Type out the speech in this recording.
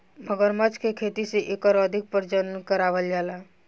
मगरमच्छ के खेती से एकर अधिक प्रजनन करावल जाला